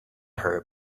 her